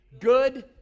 good